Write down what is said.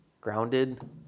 grounded